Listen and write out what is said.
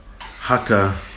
haka